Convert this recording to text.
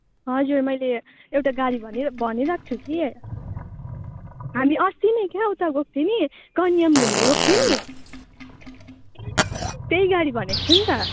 हजुर मैले एउटा गाडी भनि भनिरहेको छु कि हामी अस्ति नै क्या उता गएको थियौँ नि कन्याम घुम्नु गएको थियौँ नि त्यही गाडी भनेको छु नि त